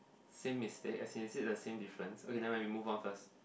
same mistake as in is it the same difference okay never mind we move on first